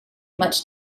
much